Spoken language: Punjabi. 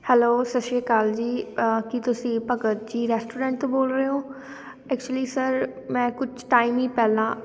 ਹੈਲੋ ਸਤਿ ਸ਼੍ਰੀ ਅਕਾਲ ਜੀ ਕੀ ਤੁਸੀਂ ਭਗਤ ਜੀ ਰੈਸਟੋਰੈਂਟ ਤੋਂ ਬੋਲ ਰਹੇ ਹੋ ਐਕਚੁਲੀ ਸਰ ਮੈਂ ਕੁਛ ਟਾਈਮ ਹੀ ਪਹਿਲਾਂ